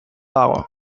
dago